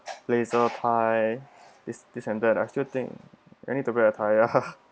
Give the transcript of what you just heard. laser tie this and that a few thing I need to wear a tie ah